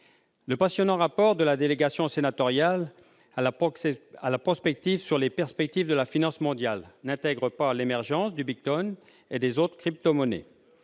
Le passionnant rapport de la délégation sénatoriale à la prospective sur les perspectives de la finance mondiale n'intègre ni l'émergence du bitcoin et des autres crypto-monnaies